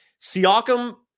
Siakam